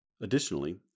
Additionally